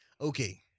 Okay